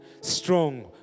strong